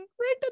Right